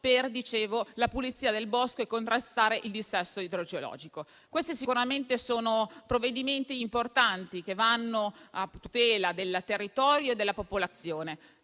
ma soprattutto per contrastare il dissesto idrogeologico. Questi sicuramente sono provvedimenti importanti, che vanno a tutela del territorio e della popolazione.